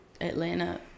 Atlanta